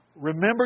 Remember